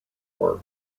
work